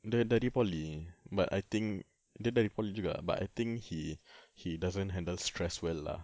dia dari poly but I think dia dari poly juga but I think he he doesn't handle stress well lah